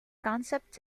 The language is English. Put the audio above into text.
concept